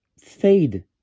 fade